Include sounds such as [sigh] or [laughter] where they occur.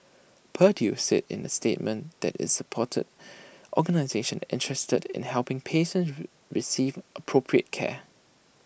purdue said in A statement that IT supported [noise] organisations interested in helping patients rule receive appropriate care